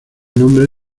nombre